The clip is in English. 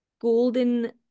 golden